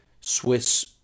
Swiss